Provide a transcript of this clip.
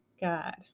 God